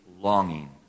longing